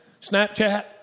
Snapchat